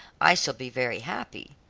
i shall be very happy.